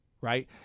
Right